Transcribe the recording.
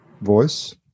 voice